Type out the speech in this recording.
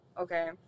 Okay